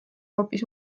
hoopis